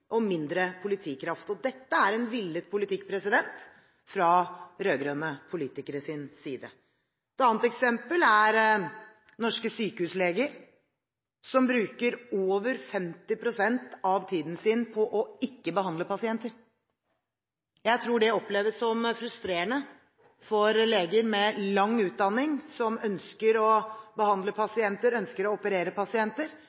og mindre politikraft. Dette er en villet politikk fra rød-grønne politikeres side. Et annet eksempel er norske sykehusleger, som bruker over 50 pst. av tiden sin på ikke å behandle pasienter. Jeg tror det oppleves som frustrerende for leger med lang utdanning, som ønsker å behandle